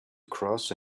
across